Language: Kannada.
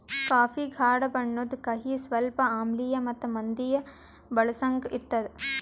ಕಾಫಿ ಗಾಢ ಬಣ್ಣುದ್, ಕಹಿ, ಸ್ವಲ್ಪ ಆಮ್ಲಿಯ ಮತ್ತ ಮಂದಿ ಬಳಸಂಗ್ ಇರ್ತದ